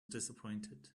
disappointed